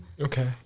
okay